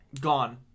Gone